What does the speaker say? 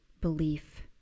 belief